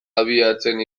abiatzen